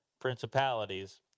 principalities